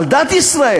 על דת ישראל.